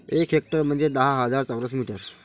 एक हेक्टर म्हंजे दहा हजार चौरस मीटर